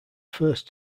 first